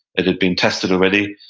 it had been tested already,